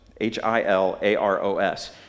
h-i-l-a-r-o-s